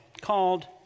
called